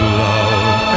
love